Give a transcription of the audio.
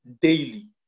daily